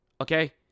okay